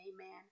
Amen